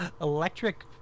electric